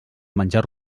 menjar